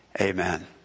Amen